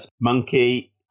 monkey